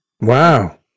Wow